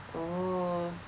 oh